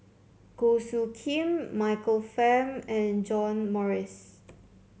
Goh Soo Khim Michael Fam and John Morrice